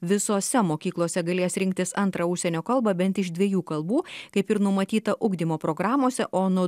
visose mokyklose galės rinktis antrą užsienio kalbą bent iš dviejų kalbų kaip ir numatyta ugdymo programose o nuo